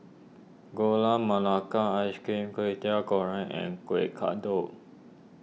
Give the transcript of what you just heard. Gula Melaka Ice Cream Kway Teow Goreng and Kueh Kodok